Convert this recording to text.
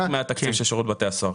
חלק מהתקציב של שירות בתי הסוהר.